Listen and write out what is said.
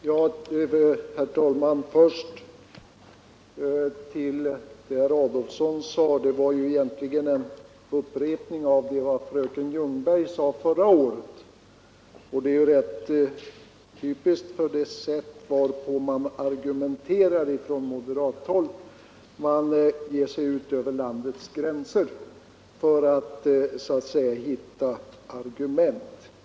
Herr talman! Vad herr Adolfsson sade var egentligen en upprepning av vad fröken Ljungberg anförde förra året, och det är rätt typiskt för det sätt varpå man argumenterar från moderat håll. Man ger sig ut över landets gränser för att hitta argument.